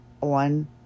on